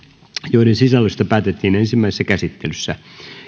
joiden sisällöstä päätettiin ensimmäisessä käsittelyssä